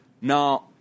Now